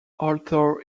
although